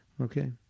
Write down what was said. Okay